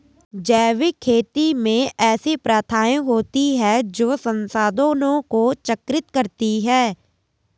जैविक खेती में ऐसी प्रथाएँ होती हैं जो संसाधनों को चक्रित करती हैं